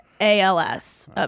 ALS